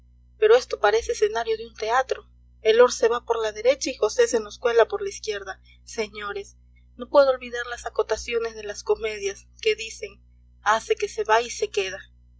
pero esto parece escenario de un teatro el lord se va por la derecha y josé se nos cuela por la izquierda señores no puedo olvidar las acotaciones de las comedias que dicen hace que se va y se queda